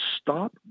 stop